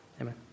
Amen